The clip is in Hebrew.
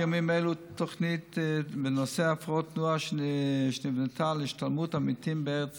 תוכנית בנושא הפרעות תנועה שנבנתה להשתלמות עמיתים בארץ